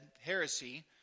heresy